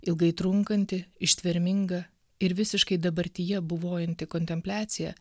ilgai trunkanti ištverminga ir visiškai dabartyje buvojanti kontempliacija